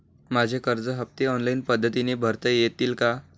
माझे कर्ज हफ्ते ऑनलाईन पद्धतीने भरता येतील का?